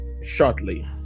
shortly